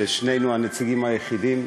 ששנינו הנציגים היחידים,